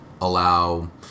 allow